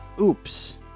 Oops